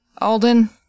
Alden